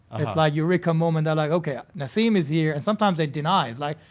it's like you wreck a moment, they're like okay, nassim is here. and sometimes they deny, it's like,